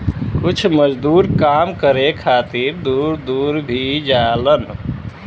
कुछ मजदूर काम करे खातिर दूर दूर भी जालन